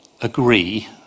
agree